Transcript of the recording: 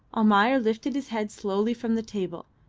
almayer lifted his head slowly from the table,